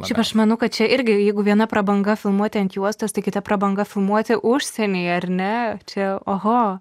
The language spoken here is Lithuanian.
šiaip aš manau kad čia irgi jeigu viena prabanga filmuoti ant juostos tai kita prabanga filmuoti užsienyje ar ne čia oho